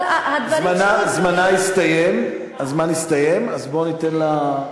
אבל, זמנה הסתיים, אז בואו ניתן לה לסכם.